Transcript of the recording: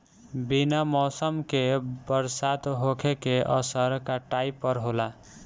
बिना मौसम के बरसात होखे के असर काटई पर होला